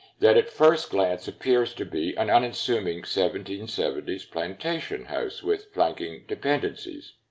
that at first glance appears to be an unassuming seventeen seventy s plantation house with flanking dependencies.